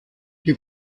die